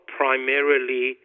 primarily